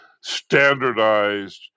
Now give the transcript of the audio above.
standardized